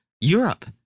Europe